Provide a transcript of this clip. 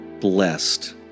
blessed